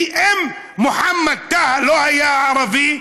כי אם מוחמד טאהא לא היה ערבי,